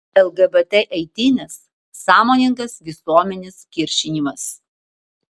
lgbt eitynės sąmoningas visuomenės kiršinimas